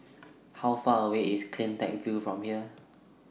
How Far away IS CleanTech View from here